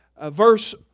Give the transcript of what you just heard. Verse